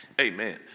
Amen